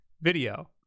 video